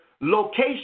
location